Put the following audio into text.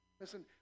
Listen